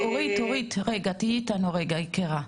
אורית, רגע, תהיי איתנו בבקשה.